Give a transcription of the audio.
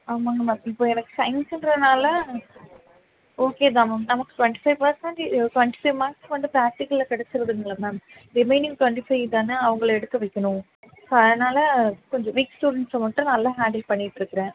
ஆமாம்ங்க மேம் இப்போ எனக்கு சைன்ஸுன்றதனால ஓகே தான் மேம் நமக்கு twenty five percentage twenty five marks வந்து ப்ராக்டிகலில் கிடச்சிருதுங்கள்ல மேம் ரிமைனிங் டுவெண்ட்டி ஃபைவ் தானே அவங்கள எடுக்க வைக்கணும் ஸோ அதனால் கொஞ்சம் வீக் ஸ்டூடெண்ட்ஸை மட்டும் நல்லா ஹேண்டில் பண்ணிகிட்டு இருக்கிறேன்